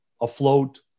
afloat